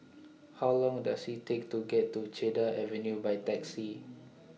How Long Does IT Take to get to Cedar Avenue By Taxi